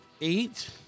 eight